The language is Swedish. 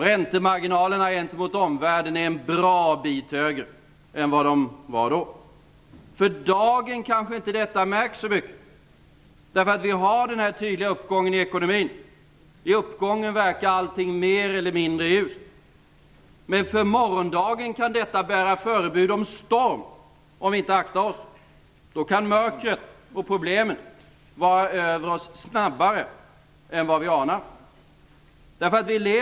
Räntemarginalerna gentemot omvärlden är en bra bit högre än vad de var då. För dagen märks inte detta så mycket eftersom vi har den tydliga uppgången i ekonomin. I uppgången verkar allt mer eller mindre ljust. Men för morgondagen kan detta, om vi inte aktar oss, bära förebud om storm. Då kan mörkret och problemen vara över oss snabbare än vad vi anar.